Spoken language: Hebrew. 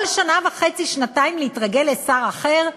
כל שנה וחצי, שנתיים, להתרגל לשר אחר?